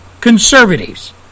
conservatives